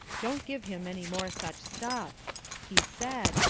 don't give him any more such stuff he said.